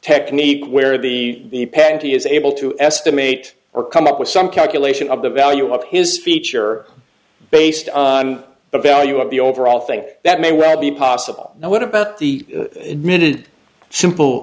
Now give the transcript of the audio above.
technique where the patentee is able to estimate or come up with some calculation of the value of his feature based on the value of the overall thing that may well be possible and what about the admitted simple